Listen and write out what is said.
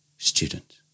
student